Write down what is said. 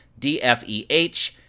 DFEH